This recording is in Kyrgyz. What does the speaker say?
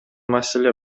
маселе